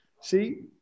See